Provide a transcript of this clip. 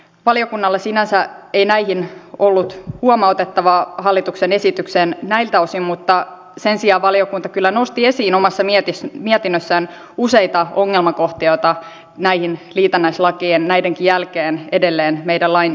valiokunnalla sinänsä ei näihin ollut huomautettavaa hallituksen esitykseen näiltä osin mutta sen sijaan valiokunta kyllä nosti esiin omassa mietinnössään useita ongelmakohtia joita näihin liitännäislakeihin näidenkin jälkeen edelleen meidän lainsäädäntöömme jää